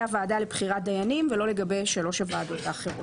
הוועדה לבחירת דיינים ולא לגבי שלוש הוועדות האחרות.